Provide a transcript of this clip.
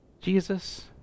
Jesus